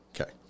Okay